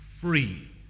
free